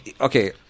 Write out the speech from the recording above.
okay